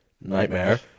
Nightmare